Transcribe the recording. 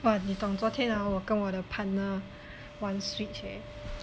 !wah! 你懂 ah 我跟我的 partner 玩 switch leh